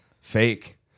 fake